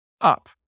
up